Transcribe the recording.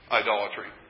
idolatry